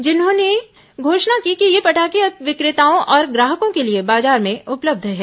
उन्होंने घोषणा की कि ये पटाखे अब विक्रेताओं और ग्राहकों के लिए बाजार में उपलब्ध हैं